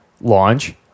launch